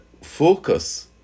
focus